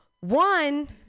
One